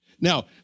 Now